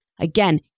Again